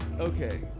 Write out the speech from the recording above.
Okay